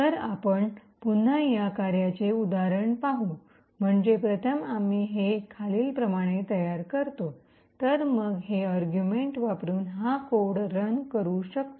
तर आपण पुन्हा या कार्याचे उदाहरण पाहू म्हणजे प्रथम आम्ही हे खालीलप्रमाणे तयार करतो तर मग हे अर्गुमेंट वापरून हा कोड रन करू शकतो